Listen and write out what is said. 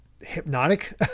hypnotic